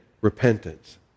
repentance